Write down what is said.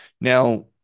Now